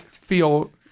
feel